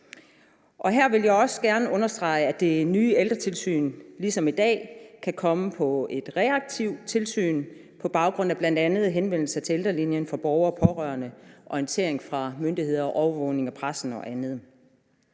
Her vil jeg også gerne understrege, at det nye ældretilsyn ligesom i dag kan komme på et reaktivt tilsyn på baggrund af bl.a. henvendelser til ældrelinjen fra borgere og pårørende, orientering fra myndigheder, overvågning af pressen og andet.